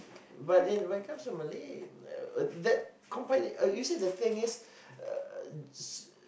but in when it comes to Malay uh that compila~ uh you see the thing is uh